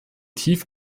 tief